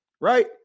right